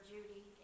Judy